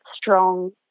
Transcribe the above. strong